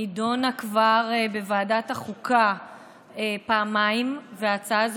נדונה כבר בוועדת החוקה פעמיים, והצעה